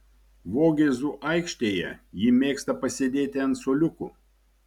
vogėzų aikštėje ji mėgsta pasėdėti ant suoliukų